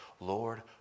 Lord